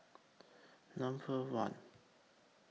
Number one